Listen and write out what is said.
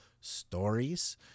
stories